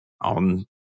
on